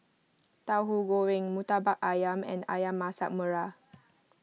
Tauhu Goreng Murtabak Ayam and Ayam Masak Merah